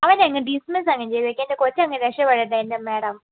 അവനെ അങ്ങ് ഡിസ്മിസ് അങ്ങ് ചെയ്തേക്ക് എൻ്റെ കൊച്ചങ്ങ് രക്ഷപ്പെടട്ടെ എൻ്റെ മേഡം